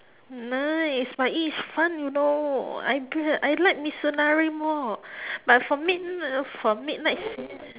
nice but it is fun you know I I like mitsunari more but for midnight ah for midnight cin~